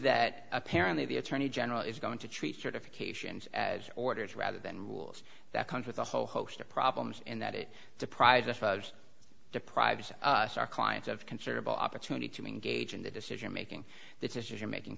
that apparently the attorney general is going to treat certification as orders rather than rules that comes with a whole host of problems and that it deprives us of deprives us our clients of considerable opportunity to engage in the decision making the decision making